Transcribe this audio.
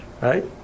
Right